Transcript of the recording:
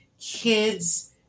kids